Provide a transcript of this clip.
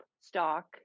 stock